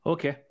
Okay